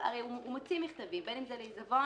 הרי הוא מוציא מכתבים בין אם זה לעיזבון